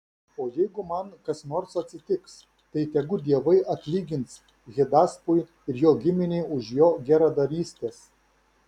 o jeigu man kas nors atsitiks tai tegu dievai atlygins hidaspui ir jo giminei už jo geradarystes